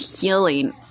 healing